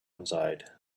inside